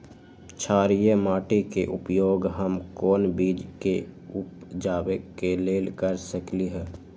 क्षारिये माटी के उपयोग हम कोन बीज के उपजाबे के लेल कर सकली ह?